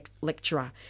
lecturer